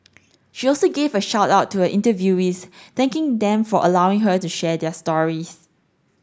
she also gave a shout out to her interviewees thanking them for allowing her to share their stories